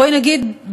בואי נגיד,